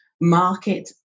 market